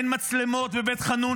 אין מצלמות בבית חאנון,